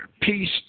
peace